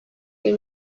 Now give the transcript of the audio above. they